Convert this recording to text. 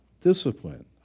discipline